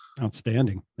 Outstanding